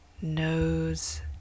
nose